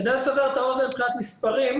כדי לסבר את האוזן מבחינת מספרים,